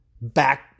Back